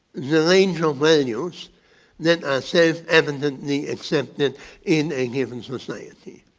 the range of values that are self evidently accepted in a given society.